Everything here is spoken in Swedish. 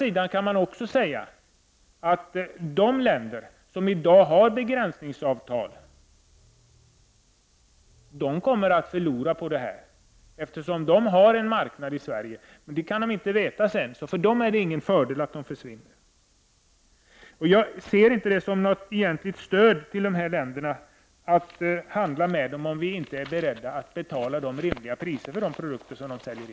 Men man kan också säga att de länder som i dag har begränsningsavtal kommer att förlora på detta, eftersom de har en marknad i Sverige. Det kan de inte veta om de har sedan. För dem är det ingen fördel att begränsningsavtalet försvinner. Jag ser det inte som något egentligt stöd till dessa länder att bedriva handel med dem, om vi inte är beredda att betala rimliga priser för de produkter de säljer.